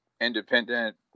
independent